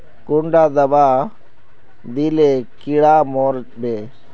कुंडा दाबा दिले कीड़ा मोर बे?